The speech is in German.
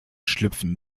schlüpfen